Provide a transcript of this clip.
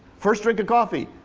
first drink of coffee.